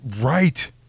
Right